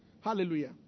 Hallelujah